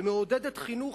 ומעודדת חינוך,